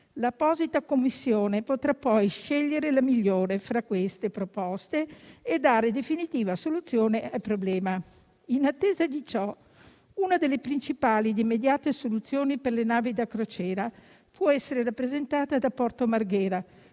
L'apposita Commissione potrà poi scegliere la migliore fra le proposte e dare definitiva soluzione al problema. In attesa di ciò una delle principali e immediate soluzioni per le navi da crociera può essere rappresentata da Porto Marghera,